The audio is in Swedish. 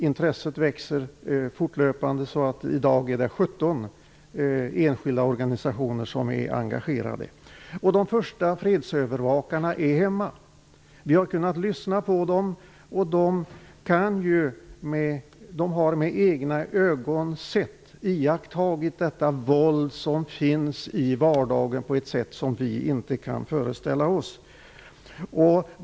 Intresset växer fortlöpande. I dag är det 17 enskilda organisationer som är engagerade. De första fredsövervakarna är hemma. Vi har kunnat lyssna på dem. De har med egna ögon iakttagit det våld som finns i vardagen på ett sätt som vi inte kan föreställa oss.